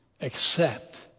Accept